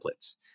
templates